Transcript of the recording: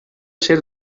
ser